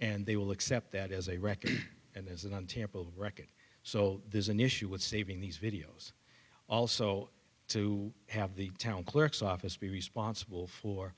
and they will accept that as a record and as an on temple record so there's an issue with saving these videos also to have the town clerk's office be responsible for